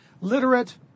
literate